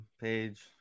page